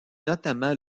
notamment